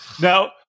Now